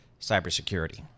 cybersecurity